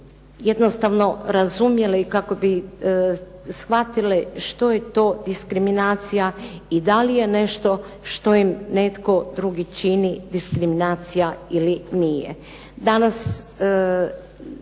jednostavno razumjeli, kako bi shvatili što je to diskriminacija i da li je nešto što im netko drugi čini diskriminacija ili nije.